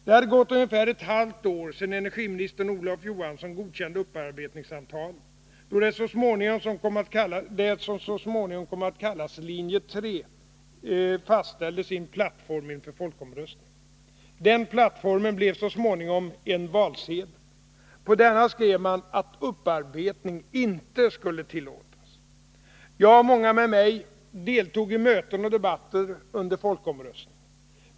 Det hade gått ungefär ett halvt år sedan energiministern Olof Johansson godkände upparbetningsavtalet, då det som så småningom kom att kallas linje 3 fastställde sin plattform inför folkomröstningen. Den plattformen blev sedan en valsedel. På denna skrev man, att upparbetning inte skulle tillåtas. Jag och många med mig deltog i möten och debatter under folkomröstningen.